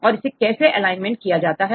और इसे एलाइनमेंट कैसे किया जाता है